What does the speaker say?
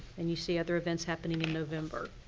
and you see other events happening in november.